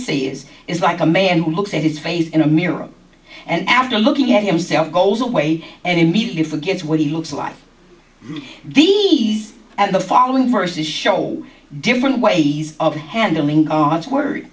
says is like a man who looks at his face in a mirror and after looking at himself goes away and immediately forgets what he looks like these and the following verses show different ways of handling